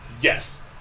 Yes